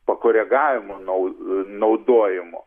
pakoregavimo nau naudojimo